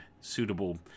suitable